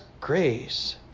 grace